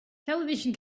television